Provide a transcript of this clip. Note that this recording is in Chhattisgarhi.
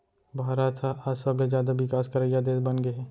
भारत ह आज सबले जाता बिकास करइया देस बनगे हे